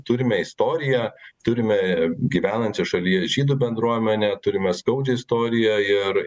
turime istoriją turime gyvenančią šalies žydų bendruomenę turime skaudžią istoriją ir